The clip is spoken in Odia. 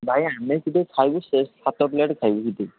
ଭାଇ ଆମେ ସେଇଠି ଖାଇବୁ ସେ ସାତ ପ୍ଲେଟ୍ ଖାଇବୁ ସେଇଠି